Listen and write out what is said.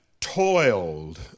toiled